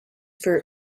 for